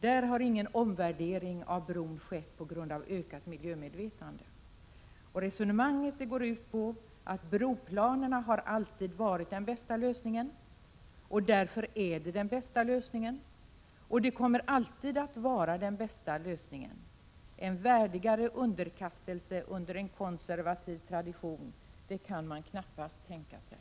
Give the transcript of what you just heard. Där har ingen omvärdering av bron skett på grund av ökat miljömedvetande. Resonemanget går ut på att broplanerna alltid har varit den bästa lösningen. Därför är de den bästa lösningen, och därför kommer de alltid att vara den bästa lösningen. En värdigare underkastelse under en konservativ tradition kan man knappast tänka sig.